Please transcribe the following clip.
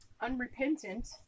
unrepentant